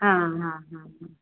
हां हां हां हां